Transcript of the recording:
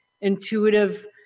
intuitive